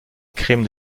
crime